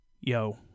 yo